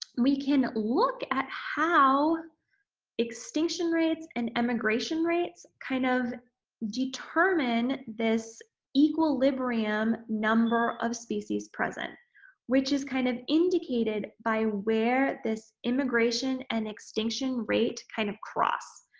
we can look at how extinction rates and emigration rates kind of determine this equilibrium number of species present which is kind of indicated by where this immigration and extinction rate kind of cross